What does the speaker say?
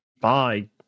bye